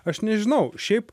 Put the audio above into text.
aš nežinau šiaip